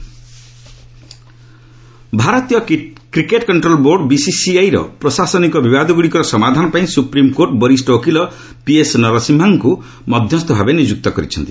SC BCCI ଭାରତୀୟ cricket control board ବିସିସିଆଇର ପ୍ରଶାସନିକ ବିବାଦଗୁଡ଼ିକର ସମାଧାନ ପାଇଁ ସୁପ୍ରିମ୍କୋର୍ଟ ବରିଷ୍ଠ ଓକିଲ ପିଏସ୍ ନରସିମ୍ହାକୁ ମଧ୍ୟସ୍କ ଭାବେ ନିଯୁକ୍ତ କରିଛନ୍ତି